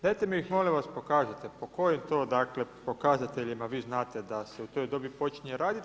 Dajte mi ih molim vas pokažite po kojim to pokazateljima vi znate da se u toj dobi počinje radit?